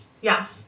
Yes